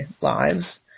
lives